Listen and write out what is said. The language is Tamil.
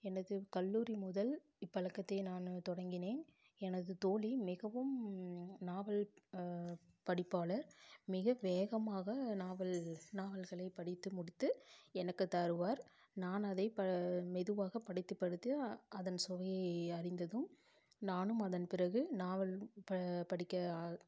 எனது கல்லூரி முதல் இப்பழக்கத்தை நான் தொடங்கினேன் எனது தோழி மிகவும் நாவல் படிப்பாளர் மிக வேகமாக நாவல் நாவல்களை படித்து முடித்து எனக்கு தருவார் நான் அதை ப மெதுவாக படித்து படித்து அ அதன் சுவையை அறிந்ததும் நானும் அதன் பிறகு நாவல் ப படிக்க ஆ